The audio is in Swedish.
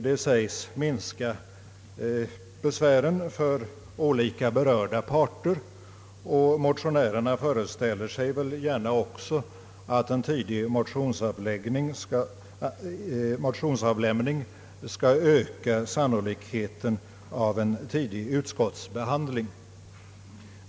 Det sägs minska besvären för olika berörda parter, och motionärerna föreställer sig väl gärna att en tidig motionsavlämning skall öka sannolikheten för en tidig utskottsbehandling.